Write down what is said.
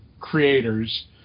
creators